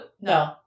No